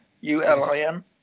U-L-I-N